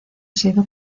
sido